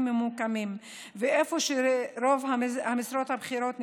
ממוקמים ואיפה שרוב המשרות הבכירות נמצאות.